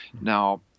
Now